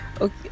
okay